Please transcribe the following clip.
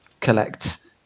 collect